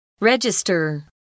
Register